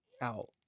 out